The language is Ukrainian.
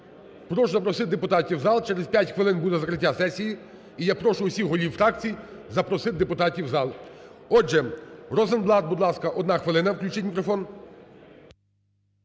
Прошу запросити депутатів у залі, через 5 хвилин буде закриття сесії, і я прошу всіх голів фракцій запросити депутатів у зал. Отже, Розенблат, будь ласка, одна хвилина, включіть мікрофон.